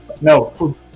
no